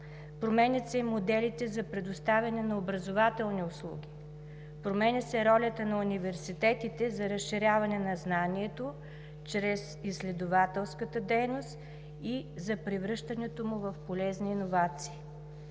променят се моделите за предоставяне на образователни услуги. Променя се ролята на университетите за разширяване на знанието чрез изследователската дейност и за превръщането му в полезни иновации.